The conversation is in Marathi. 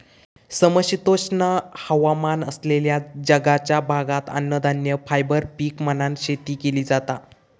समशीतोष्ण हवामान असलेल्या जगाच्या भागात अन्नधान्य, फायबर पीक म्हणान शेती केली जाता